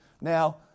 Now